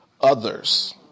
others